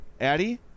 Addie